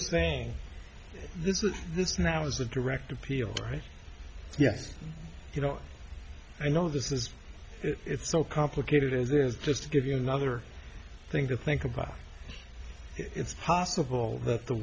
saying this is this now is the direct appeal right yes you know i know this is it's so complicated as it is just to give you another thing to think about it's possible that the